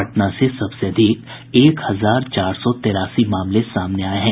पटना से सबसे अधिक एक हजार चार सौ तेरासी मामले सामने आये हैं